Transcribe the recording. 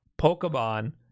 Pokemon